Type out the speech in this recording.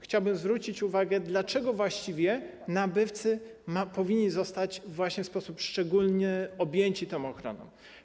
Chciałbym zwrócić uwagę, dlaczego właściwie nabywcy powinni zostać właśnie w sposób szczególny objęci tą ochroną.